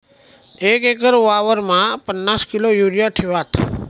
एक एकर वावरमा पन्नास किलो युरिया ठेवात